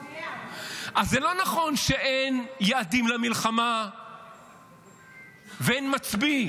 אז זה לא נכון שאין יעדים למלחמה ואין מצביא.